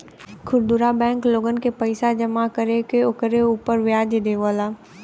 खुदरा बैंक लोगन के पईसा जमा कर के ओकरे उपर व्याज देवेला